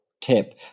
tip